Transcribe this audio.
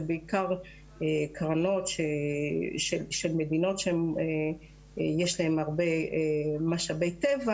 זה בעיקר קרנות של מדינות שיש להן הרבה משאבי טבע